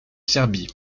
serbie